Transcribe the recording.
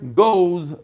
goes